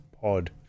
pod